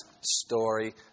story